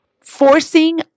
forcing